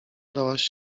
dałaś